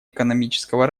экономического